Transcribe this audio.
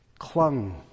clung